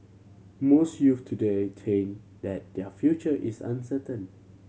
most youth today think that their future is uncertain